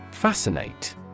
Fascinate